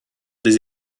des